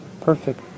perfect